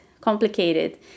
complicated